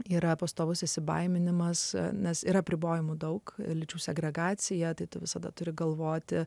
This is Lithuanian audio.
yra pastovus įsibaiminimas nes yra apribojimų daug lyčių segregaciją atseit visada turi galvoti